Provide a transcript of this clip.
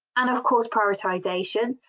and of course prioritization.